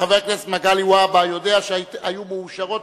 חבר הכנסת מגלי והבה יודע שהיו מאושרות